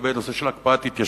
לגבי הנושא של הקפאת התיישבות,